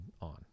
on